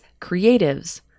creatives